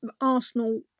Arsenal